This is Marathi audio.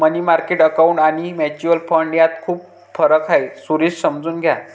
मनी मार्केट अकाऊंट आणि म्युच्युअल फंड यात खूप फरक आहे, सुरेश समजून घ्या